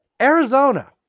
Arizona